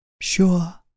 sure